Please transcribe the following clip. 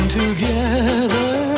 together